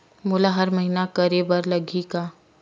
मोला हर महीना करे बर लगही का?